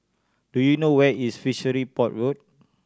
do you know where is Fishery Port Road